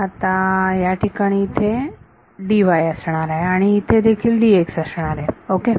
आता या ठिकाणी इथे असणार आहे आणि इथे देखील असणार आहे ओके